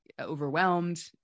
overwhelmed